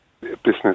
business